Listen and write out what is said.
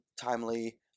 timely